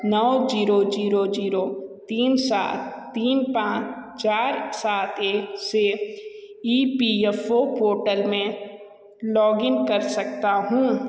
नौ zero zero zero तीन सात तीन पाँच चार सात एक से E P F O portal में लॉगिन कर सकता हूँ